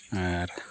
ᱟᱨ